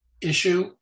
issue